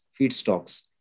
feedstocks